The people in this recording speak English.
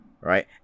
Right